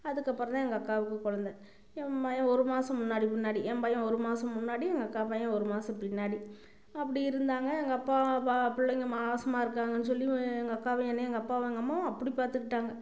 அதுக்கப்புறந்தான் எங்கள் அக்காவுக்கு குழந்த என் பையன் ஒரு மாதம் முன்னாடி முன்னாடி என் பையன் ஒரு மாதம் முன்னாடி எங்கள் அக்கா பையன் ஒரு மாதம் பின்னாடி அப்படி இருந்தாங்க எங்கள் அப்பா பிள்ளைங்க மாதமா இருக்காங்கன்னு சொல்லி எங்கள் அக்காவையும் என்னையும் எங்கள் அப்பாவும் அம்மாவும் அப்படி பார்த்துக்கிட்டாங்க